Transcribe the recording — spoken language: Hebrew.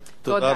תודה רבה.